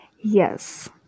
Yes